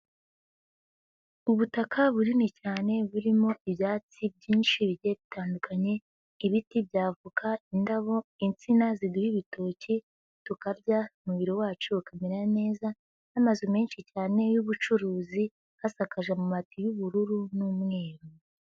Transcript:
Ubutaka bunini cyane burimo ibyatsi byinshi bigiye bitandukanye, ibiti by'avoka, indabo, insina ziduha ibitoki tukarya umubiri wacu ukamera neza n'amazu menshi cyane y'ubucuruzi, hasakaje amabati y'ubururu n'umweru.